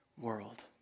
world